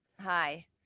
Hi